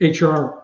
HR